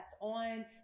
on